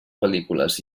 pel·lícules